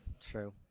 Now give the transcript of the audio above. True